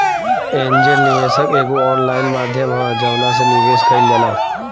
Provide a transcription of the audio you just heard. angel निवेशक एगो online माध्यम ह जवना से निवेश कईल जाला